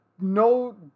no